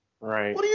Right